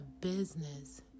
business